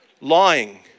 lying